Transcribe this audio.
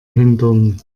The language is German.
hintern